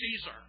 Caesar